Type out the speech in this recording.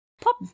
pop